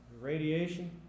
radiation